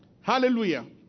Hallelujah